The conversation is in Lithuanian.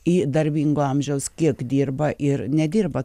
į darbingo amžiaus kiek dirba ir nedirba